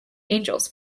angels